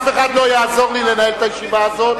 אף אחד לא יעזור לי לנהל את הישיבה הזאת,